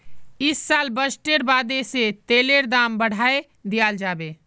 इस साल बजटेर बादे से तेलेर दाम बढ़ाय दियाल जाबे